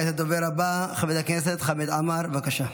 כעת הדובר הבא, חבר הכנסת חמד עמאר, בבקשה.